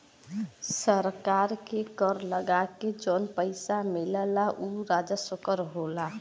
सरकार के कर लगा के जौन पइसा मिलला उ राजस्व कर होला